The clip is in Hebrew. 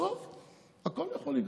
בסוף הכול יכול לקרות.